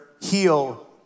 heal